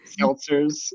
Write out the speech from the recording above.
Seltzers